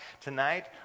tonight